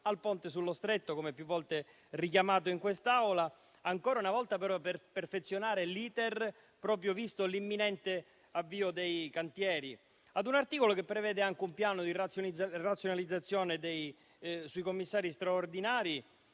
al Ponte sullo Stretto - come più volte richiamato in quest'Aula - ancora una volta però per perfezionare l'*iter*, proprio visto l'imminente avvio dei cantieri. Vi è poi un articolo che prevede anche un piano di razionalizzazione sui commissari straordinari